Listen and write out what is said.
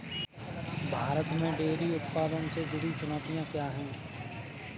भारत में डेयरी उत्पादन से जुड़ी चुनौतियां क्या हैं?